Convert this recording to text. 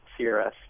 CRS